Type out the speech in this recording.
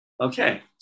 Okay